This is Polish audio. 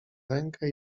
rękę